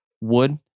wood